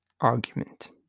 argument